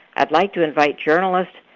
i'd like to invite journalists,